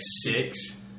six